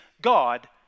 God